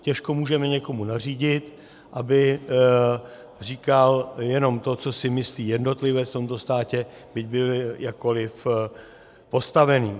Těžko můžeme někomu nařídit, aby říkal jenom to, co si myslí jednotlivec v tomto státě, byť by byl jakkoliv postavený.